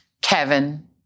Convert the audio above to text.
Kevin